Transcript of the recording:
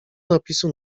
napisu